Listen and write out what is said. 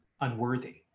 unworthy